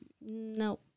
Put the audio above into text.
No